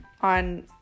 on